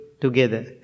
together